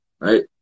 right